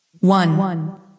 One